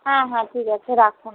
হ্যাঁ হ্যাঁ ঠিক আছে রাখুন